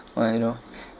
when you know